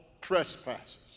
trespasses